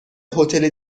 هتل